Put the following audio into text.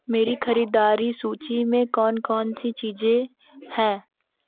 मेरी ख़रीददारी सूची में कौन कौन सी चीज़ें हैं